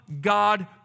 God